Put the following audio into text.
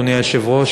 אדוני היושב-ראש,